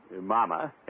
Mama